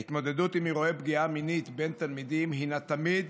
ההתמודדות עם אירועי פגיעה מינית בין תלמידים הינה תמיד